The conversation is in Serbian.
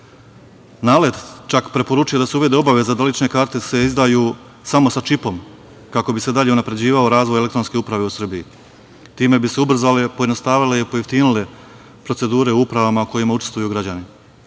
NALED preporučuje da se uvede obaveza da se lične karte izdaju samo sa čipom, kako bi se dalje unapređivao razvoj elektronske uprave u Srbiji. Time bi se ubrzale, pojednostavile i pojeftinile procedure u upravama u kojima učestvuju građani.